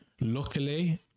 Luckily